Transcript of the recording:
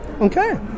Okay